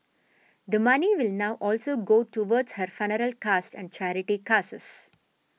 the money will now also go towards her costs and charity causes